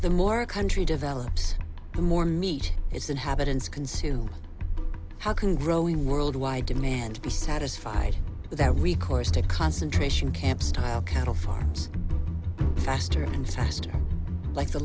the more a country develops the more meat its inhabitants consume how can growing worldwide demand be satisfied without recourse to concentration camp style cattle farms faster and faster like the